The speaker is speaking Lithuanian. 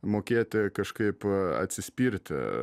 mokėti kažkaip atsispirti